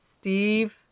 Steve